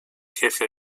jefe